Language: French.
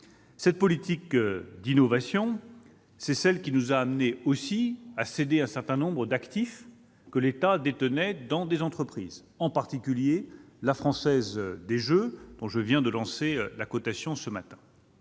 Cette politique d'innovation est aussi ce qui nous a conduits à céder un certain nombre d'actifs que l'État détenait dans des entreprises, en particulier La Française des jeux, dont je viens, ce matin, de lancer la cotation. La